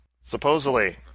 supposedly